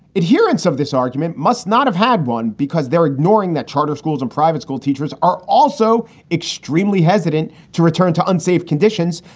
adherence of this argument must not have had one because they're ignoring that charter schools and private school teachers are also extremely hesitant to return to unsafe conditions.